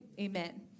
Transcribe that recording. Amen